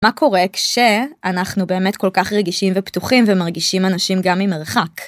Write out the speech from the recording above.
מה קורה כשאנחנו באמת כל כך רגישים ופתוחים ומרגישים אנשים גם ממרחק?